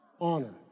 honor